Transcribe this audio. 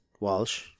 Walsh